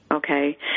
Okay